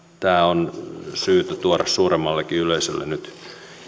tämä on syytä tuoda suuremmallekin yleisölle nyt